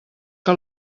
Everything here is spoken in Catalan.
que